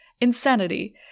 Insanity